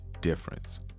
difference